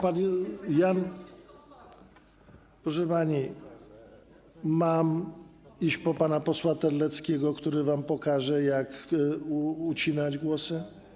Proszę pani, mam iść po pana posła Terleckiego, który wam pokaże, jak ucinać głosy?